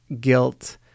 guilt